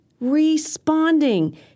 responding